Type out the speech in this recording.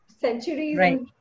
centuries